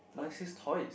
mine says toys